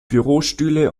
bürostühle